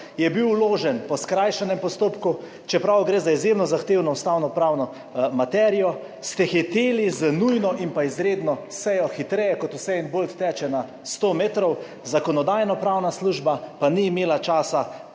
je bil vložen po skrajšanem postopku, čeprav gre za izjemno zahtevno ustavnopravno materijo, ste hiteli z nujno in pa izredno sejo hitreje kot Usain Bolt teče na 100 metrov. Zakonodajno-pravna služba pa ni imela časa